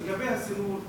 לגבי המיון,